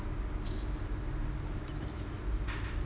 கொஞ்சம் கஷ்டமா இருந்துச்சு:konjam kastamaa irunthuchu